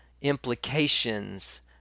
implications